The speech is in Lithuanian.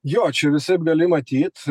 jo čia visaip gali matyt